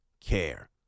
care